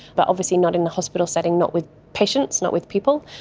but obviously not in a hospital setting, not with patients, not with people.